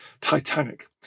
Titanic